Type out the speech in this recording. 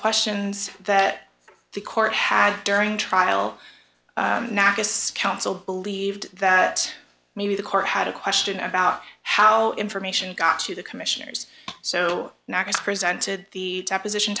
questions that the court had during trial counsel believed that maybe the court had a question about how information got to the commissioners so now it is presented the deposition